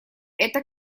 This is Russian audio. эта